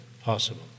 possible